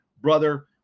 brother